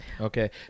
Okay